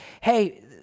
hey